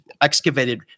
excavated